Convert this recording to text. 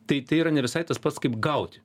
tai tai yra ne visai tas pats kaip gauti